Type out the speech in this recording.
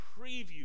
preview